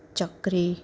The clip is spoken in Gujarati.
ચકરી